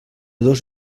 dos